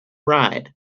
ride